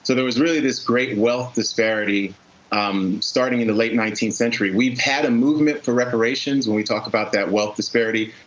so there was really this great wealth disparity um starting in the late nineteenth century. we've had a movement for reparations, when we talk about that wealth disparity.